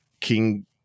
king